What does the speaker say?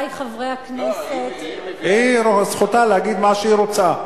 לא, היא, זכותה להגיד מה שהיא רוצה.